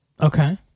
Okay